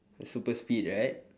the super speed right